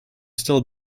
still